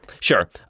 Sure